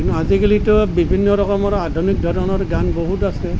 আজিকালিতো বিভিন্ন ৰকমৰ আধুনিক ধৰণৰ গান বহুত আছে